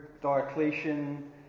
Diocletian